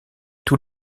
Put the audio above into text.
tous